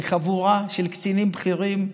זה חבורה של קצינים בכירים.